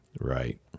Right